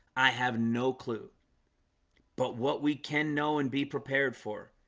i have no clue but what we can know and be prepared for